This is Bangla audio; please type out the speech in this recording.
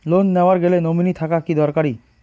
লোন নেওয়ার গেলে নমীনি থাকা কি দরকারী?